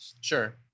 Sure